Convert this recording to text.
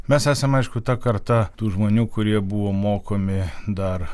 mes esam aišku ta karta tų žmonių kurie buvo mokomi dar